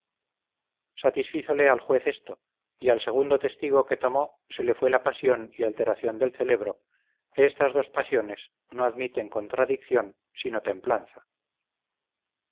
información satisfízole al juez esto y al segundo testigo que tomó se le fue la pasión y alteración del celebro que estas dos pasiones no admiten contradicción sino templanza